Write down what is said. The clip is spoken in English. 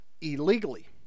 illegally